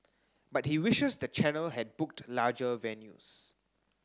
but he wishes the channel had booked larger venues